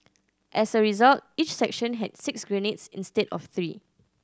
as a result each section had six grenades instead of three